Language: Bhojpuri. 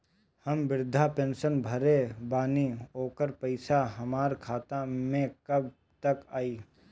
हम विर्धा पैंसैन भरले बानी ओकर पईसा हमार खाता मे कब तक आई?